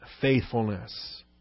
faithfulness